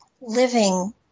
living